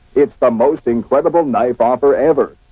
it's the most incredible night offer ever.